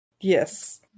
Yes